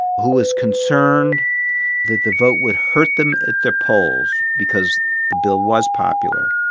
who was concerned that the vote would hurt them at the polls because the bill was popular,